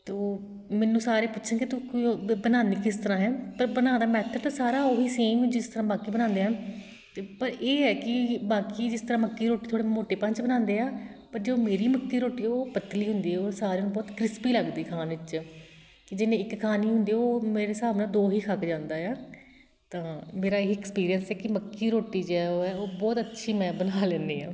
ਤਾਂ ਮੈਨੂੰ ਸਾਰੇ ਪੁੱਛਣਗੇ ਤੂੰ ਕ ਓ ਬਣਾਉਂਦੀ ਕਿਸ ਤਰ੍ਹਾਂ ਹੈ ਪਰ ਬਣਾਉਣ ਦਾ ਮੈਥੜ ਤਾਂ ਸਾਰਾ ਉਹੀ ਸੇਮ ਜਿਸ ਤਰ੍ਹਾਂ ਬਾਕੀ ਬਣਾਉਂਦੇ ਹਨ ਅਤੇ ਪਰ ਇਹ ਹੈ ਕਿ ਬਾਕੀ ਜਿਸ ਤਰ੍ਹਾਂ ਮੱਕੀ ਦੀ ਰੋਟੀ ਥੋੜ੍ਹੇ ਮੋਟੇ ਪਣ 'ਚ ਬਣਾਉਂਦੇ ਆ ਪਰ ਜੋ ਮੇਰੀ ਮੱਕੀ ਦੀ ਰੋਟੀ ਉਹ ਪਤਲੀ ਹੁੰਦੀ ਉਹ ਸਾਰਿਆਂ ਨੂੰ ਬਹੁਤ ਕ੍ਰਿਸਪੀ ਲੱਗਦੀ ਖਾਣ ਵਿੱਚ ਕਿ ਜਿਹਨੇ ਇੱਕ ਖਾਣੀ ਹੁੰਦੀ ਉਹ ਮੇਰੇ ਹਿਸਾਬ ਨਾਲ ਦੋ ਹੀ ਖਾ ਕੇ ਜਾਂਦਾ ਆ ਤਾਂ ਮੇਰਾ ਇਹੀ ਐਕਸਪੀਰੀਅੰਸ ਹੈ ਕਿ ਮੱਕੀ ਦੀ ਰੋਟੀ ਜੇ ਉਹ ਹੈ ਉਹ ਬਹੁਤ ਅੱਛੀ ਮੈਂ ਬਣਾ ਲੈਂਦੀ ਹਾਂ